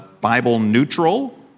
Bible-neutral